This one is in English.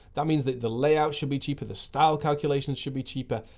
that means that the layout should be cheaper, the style calculations should be cheaper,